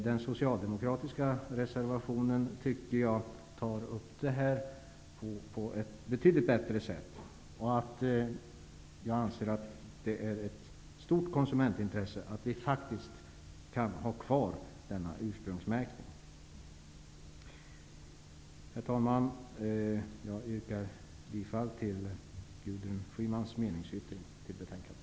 Den socialdemokratiska reservationen tycker jag tar upp den här frågan på ett betydligt bättre sätt. Jag anser att det är ett stort konsumentintresse att vi faktiskt kan ha kvar denna ursprungsmärkning. Herr talman! Jag yrkar bifall till Gudrun Schymans meningsyttring till betänkandet.